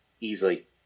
easily